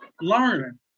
learn